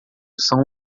são